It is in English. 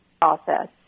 process